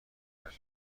کردند